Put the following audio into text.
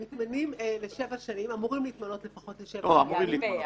הם מתמנים לשבע שנים לפחות אמורים להתמנות